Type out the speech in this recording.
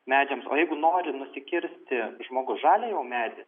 medžiams o jeigu nori nusikirsti žmogus žalią jau medį